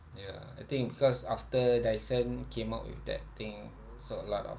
ya I think because after Dyson came out with that thing so a lot of